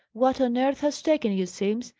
what on earth has taken you, simms?